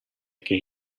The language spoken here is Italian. che